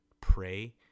pray